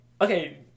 okay